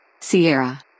Sierra